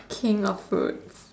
King of fruits